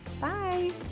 Bye